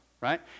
right